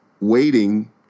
waiting